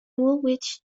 woolwich